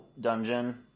dungeon